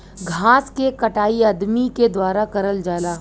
घास के कटाई अदमी के द्वारा करल जाला